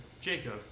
Jacob